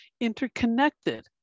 interconnected